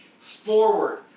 forward